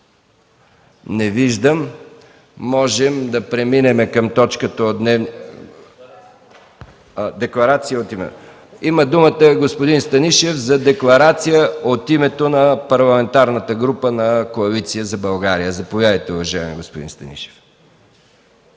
Не виждам. Можем да преминем към точката от дневния ред. (Шум и реплики от КБ.) Има думата господин Станишев за декларация от името на Парламентарната група на Коалиция за България. Заповядайте, уважаеми господин Станишев.